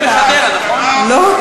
שיחק בחדרה, לא?